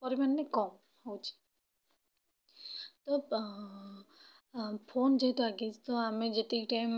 ପରିମାଣରେ କମ୍ ହେଉଛି ତ ଫୋନ୍ ଯେହେତୁ ଆଗେଇଛି ତ ଆମେ ଯେତିକି ଟାଇମ୍